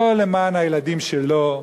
לא למען הילדים שלו,